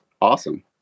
awesome